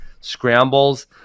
scrambles